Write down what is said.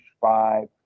five